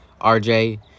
RJ